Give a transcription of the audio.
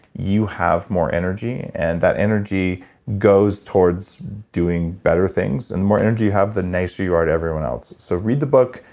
you have more energy and that energy goes towards doing better things and the more energy you have, the nicer you are to everyone else. so read the book,